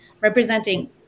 representing